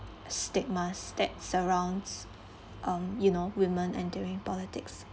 stigmas that surrounds um you know women entering politics